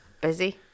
Busy